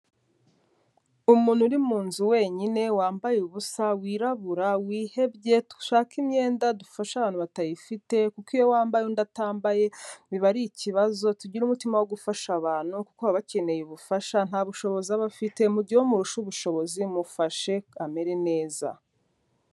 Umuntu uri mu nzu wenyine wambaye ubusa, wirabura, wihebye, dushake imyenda dufashe abantu batayifite kuko iyo wambaye undi atambaye biba ari ikibazo. Tugire umutima wo gufasha abantu kuko bakeneye ubufasha nta bushobozi aba bafite, mu gihe wowe umururusha ubushobozi mufashe amere neza.